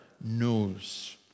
knows